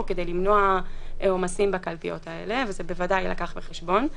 כדי למנוע עומסים בקלפיות האלה וזה בוודאי יילקח בחשבון.